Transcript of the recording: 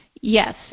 Yes